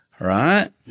Right